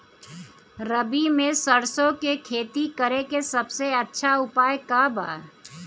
रबी में सरसो के खेती करे के सबसे अच्छा उपाय का बा?